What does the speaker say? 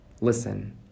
Listen